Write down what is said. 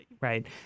right